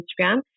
Instagram